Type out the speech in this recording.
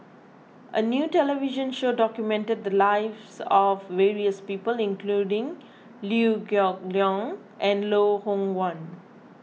a new television show documented the lives of various people including Liew Geok Leong and Loh Hoong Kwan